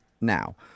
now